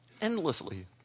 Endlessly